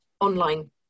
online